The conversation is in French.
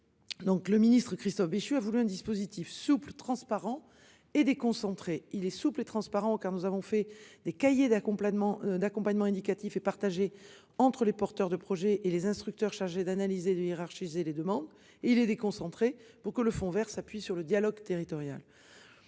Donc le ministre Christophe Béchu a voulu un dispositif souple transparent et des. Il est souple et transparent, car nous avons fait des cahiers d'un complément d'accompagnement éducatif est partagé entre les porteurs de projets et les instructeurs chargés d'analyser de hiérarchiser les demandes il est déconcentrée pour que le Fonds Vert s'appuie sur le dialogue territorial.